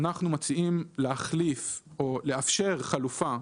אנחנו מציעים להחליף או לאפשר חלופה,